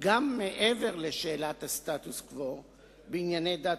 גם מעבר לשאלת הסטטוס-קוו בענייני דת